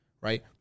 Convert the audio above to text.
right